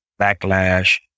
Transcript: backlash